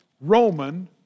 Roman